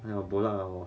!aiya! bo luck ah 我